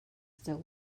still